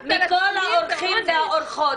אני מבקשת מכל האורחים והאורחות,